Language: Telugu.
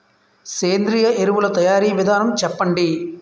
సేంద్రీయ ఎరువుల తయారీ విధానం చెప్పండి?